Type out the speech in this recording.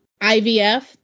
IVF